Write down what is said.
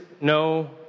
no